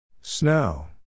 Snow